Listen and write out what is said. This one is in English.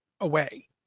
away